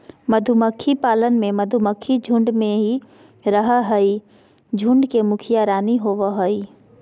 मधुमक्खी पालन में मधुमक्खी झुंड में ही रहअ हई, झुंड के मुखिया रानी होवअ हई